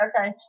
Okay